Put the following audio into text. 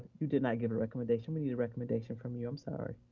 you did not give a recommendation, we need a recommendation from you, i'm sorry.